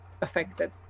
affected